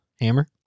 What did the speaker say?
hammer